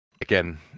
Again